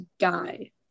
guy